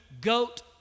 goat